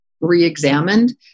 reexamined